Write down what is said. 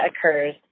occurs